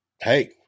Hey